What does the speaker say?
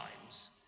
times